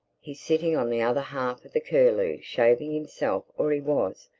he's sitting on the other half of the curlew shaving himself or he was,